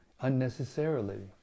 unnecessarily